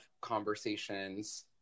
conversations